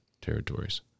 territories